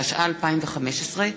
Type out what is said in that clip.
התשע"ו 2015,